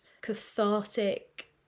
cathartic